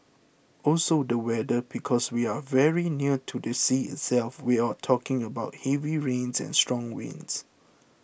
also the weather because we are very near to the sea itself you're talking about heavy rains and strong winds